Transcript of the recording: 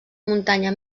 muntanya